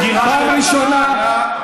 פעם ראשונה.